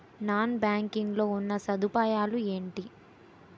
Non banking లో ఉన్నా సదుపాయాలు ఎంటి?